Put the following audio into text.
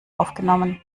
aufgenommen